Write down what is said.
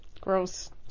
Gross